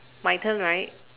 my turn right